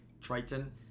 Triton